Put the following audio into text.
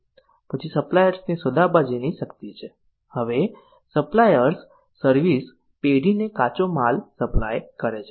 પછી સપ્લાયર્સની સોદાબાજીની શક્તિ છે હવે સપ્લાયર્સ સર્વિસ પેઢીને કાચો માલ સપ્લાય કરે છે